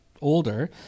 older